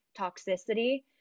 toxicity